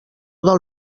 del